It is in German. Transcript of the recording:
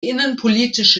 innenpolitische